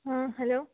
ହଁ ହ୍ୟାଲୋ